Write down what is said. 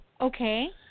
okay